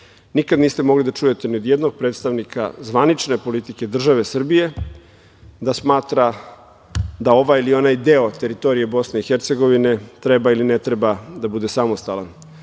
Nikad niste mogli da čujete ni od jednog predstavnika zvanične politike države Srbije da smatra da ovaj ili onaj deo teritorije Bosne i Hercegovine treba ili ne treba da bude samostalan.